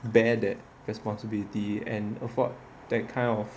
bear that responsibility and afford that kind of